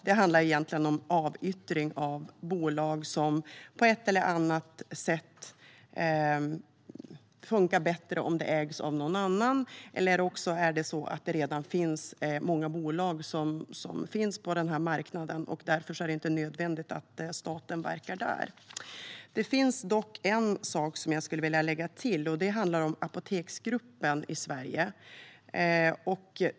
Det handlar egentligen om avyttring av bolag som på ett eller annat sätt funkar bättre om de ägs av någon annan. Det kan också vara så att det redan finns många bolag på marknaden i fråga och det därför inte är nödvändigt att staten verkar där. Jag vill dock lägga till en sak; det handlar om Apoteksgruppen i Sverige.